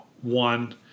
One